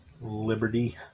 Liberty